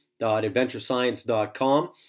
AdventureScience.com